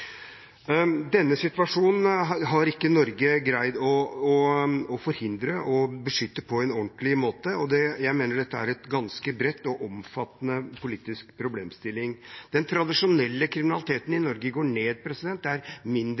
Denne situasjonen har ikke Norge greid å forhindre og beskytte mot på en ordentlig måte, og jeg mener dette er en ganske bred og omfattende politisk problemstilling. Den tradisjonelle kriminaliteten i Norge går ned. Det er mindre